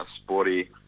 sporty